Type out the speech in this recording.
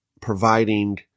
providing